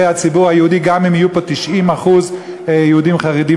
הציבור היהודי גם אם יהיו פה 90% יהודים חרדים,